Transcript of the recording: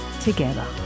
together